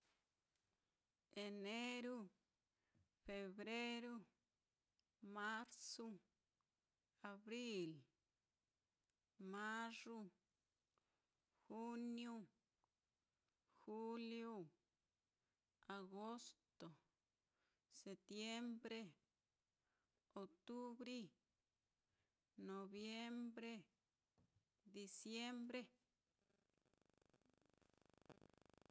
Eneru, febreru, marzu, abril, mayu, juniu, juliu, agosto, setiembre, otubri, noviembre, diciembre.